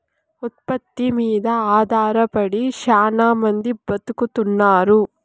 ఉత్పత్తి మీద ఆధారపడి శ్యానా మంది బతుకుతున్నారు